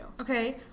Okay